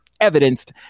evidenced